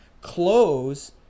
close